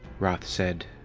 roth said,